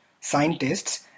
scientists